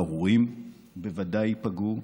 ההורים בוודאי ייפגעו,